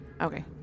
Okay